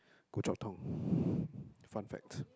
Goh-Chok-Tong fun fact